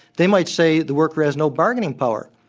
they might say the worker has no bargaining power.